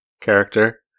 character